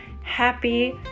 Happy